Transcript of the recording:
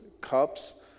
cups